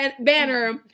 Banner